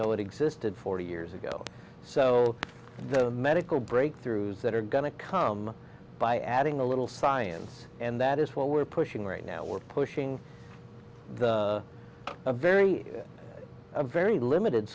know it existed forty years ago so the medical breakthroughs that are going to come by adding a little science and that is what we're pushing right now we're pushing the a very a very limited